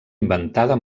inventada